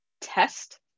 test